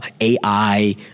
AI